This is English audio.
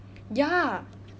ya